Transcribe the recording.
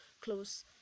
close